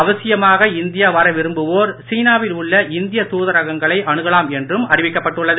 அவசியமாக இந்திய வரவிரும்புவோர் சீனாவில் உள்ள இந்திய தூதரகங்களை அணுகலாம் என்றும் அறிவிக்கப்பட்டுள்ளது